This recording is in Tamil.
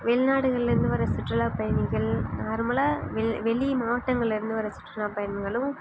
வெளி நாடுகளிலேருந்து வர சுற்றுலா பயணிகள் நார்மலாக வெளி வெளி மாவட்டங்களிருந்து வர சுற்றுலா பயணிகளும்